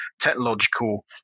technological